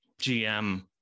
GM